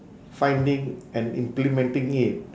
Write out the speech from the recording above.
finding and implementing it